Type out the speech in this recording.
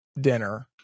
dinner